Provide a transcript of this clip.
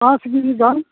ᱯᱟᱸᱪ ᱠᱮᱡᱤ ᱜᱟᱱ